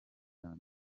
cyane